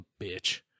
bitch